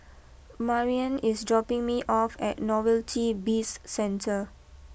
Mariann is dropping me off at Novelty Bizcentre